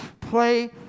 play